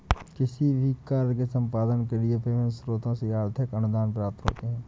किसी भी कार्य के संपादन के लिए विभिन्न स्रोतों से आर्थिक अनुदान प्राप्त होते हैं